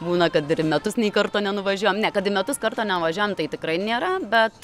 būna kad ir į metus nei karto nenuvažiuojam ne kad į metus karto nevažiuojam tai tikrai nėra bet